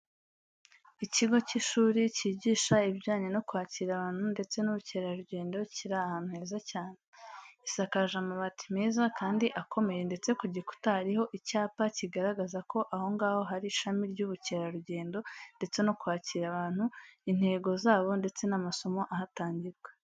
Ikigo cy'ishuri cyigisha ibijyanye no kwakira abantu ndetse n'ubukerarugendo kiri ahantu heza cyane. Gisakaje amabati meza kandi akomeye ndetse ku gikuta hariho icyapa kigaragaza ko aho ngaho hari ishami ry'ubukerarugendo ndetse no kwakira abantu, intego zabo ndetse n'amasomo ahatangirwa.